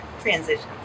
transitions